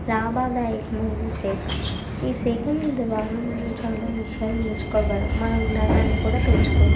లాభాదాయకమైన సేకరణ ఈ సేకరణ ద్వారా మనం చాలా విషయాలు నేర్చుకోగలము మనము జ్ఞానాన్ని కూడా పెంచుకోవచ్చు